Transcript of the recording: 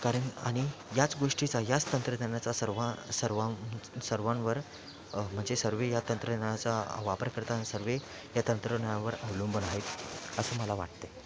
कारण आणि याच गोष्टीचा याच तंत्रज्ञानाचा सर्वां सर्वां सर्वांवर म्हणजे सर्व या तंत्रज्ञानाचा वापर करताना सर्व या तंत्रज्ञानावर अवलंबून आहेत असं मला वाटते